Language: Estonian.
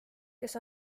kes